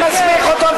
מי מסמיך אותו?